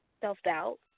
self-doubt